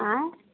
आईं